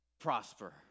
prosper